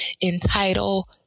entitle